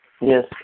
Yes